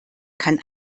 kann